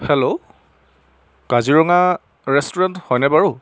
hello Kaziranga restaurant হয়নে বাৰু